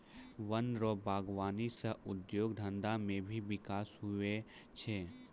वन रो वागबानी सह उद्योग धंधा मे भी बिकास हुवै छै